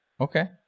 Okay